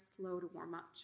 slow-to-warm-up